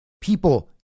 people